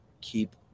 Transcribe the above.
keep